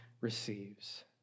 receives